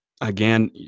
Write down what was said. Again